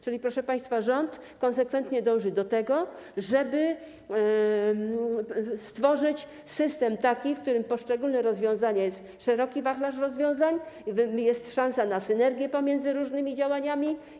Czyli, proszę państwa, rząd konsekwentnie dąży do tego, żeby stworzyć taki system, w którym są poszczególne rozwiązania, jest szeroki wachlarz rozwiązań, jest szansa na synergię pomiędzy różnymi działaniami.